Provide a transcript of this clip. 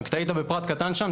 רק טעית בפרט קטן שם,